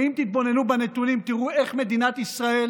ואם תתבוננו בנתונים תראו איך מדינת ישראל